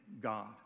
God